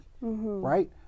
right